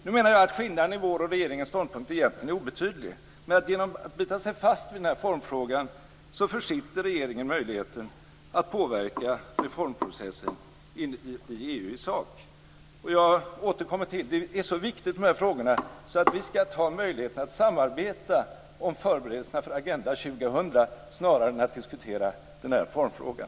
Jag menar att skillnaden mellan vår och regeringens ståndpunkt är obetydlig, men genom att bita sig fast vid den här formfrågan försitter regeringen möjligheten att påverka reformprocessen i EU i sak. De här frågorna är så viktiga att vi bör ta möjligheten att samarbeta om förberedelserna för Agenda 2000 snarare än att diskutera den här formfrågan.